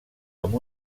amb